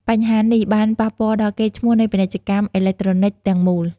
បញ្ហានេះបានប៉ះពាល់ដល់កេរ្តិ៍ឈ្មោះនៃពាណិជ្ជកម្មអេឡិចត្រូនិកទាំងមូល។